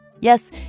Yes